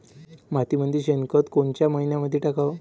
मातीमंदी शेणखत कोनच्या मइन्यामंधी टाकाव?